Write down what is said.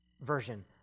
version